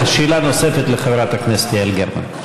שאלה נוספת לחברת הכנסת יעל גרמן.